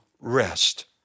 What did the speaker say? rest